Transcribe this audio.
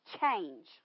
change